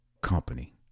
company